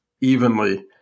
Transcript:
evenly